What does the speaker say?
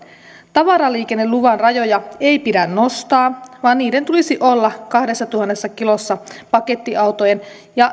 tavaraliikenneluvan rajoja ei pidä nostaa vaan niiden tulisi olla kahdessatuhannessa kilossa pakettiautojen ja